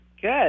Good